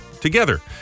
together